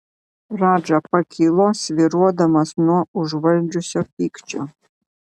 radža pakilo svyruodamas nuo užvaldžiusio pykčio